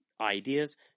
ideas